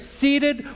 seated